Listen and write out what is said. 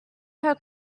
her